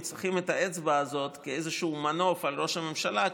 צריכים את האצבע הזאת כאיזשהו מנוף על ראש הממשלה,